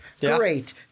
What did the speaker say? Great